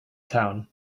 town